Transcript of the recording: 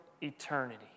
eternity